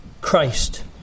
Christ